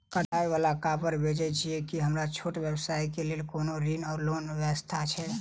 कढ़ाई वला कापड़ बेचै छीयै की हमरा छोट व्यवसाय केँ लेल कोनो ऋण वा लोन व्यवस्था छै?